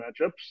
matchups